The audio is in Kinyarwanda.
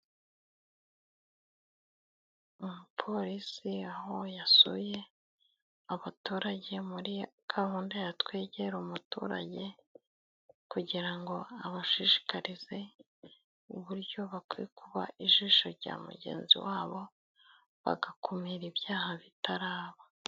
Umupolisi aho yasuye abaturage muri gahunda yatwegera umuturage, kugira ngo abashishikarize uburyo bakwiye kuba ijisho rya mugenzi wabo, bagakumira ibyaha bitaraba.